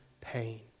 pain